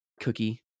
Cookie